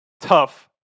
Tough